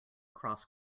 cross